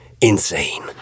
insane